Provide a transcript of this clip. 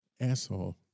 asshole